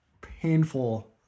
painful